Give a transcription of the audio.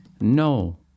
no